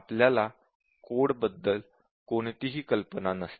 आपल्याला कोड बद्दल कोणतीही कल्पना नसते